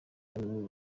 kugirango